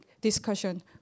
discussion